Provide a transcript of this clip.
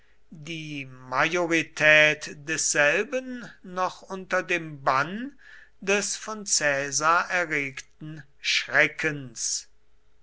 die majorität desselben noch unter dem bann des von caesar erregten schreckens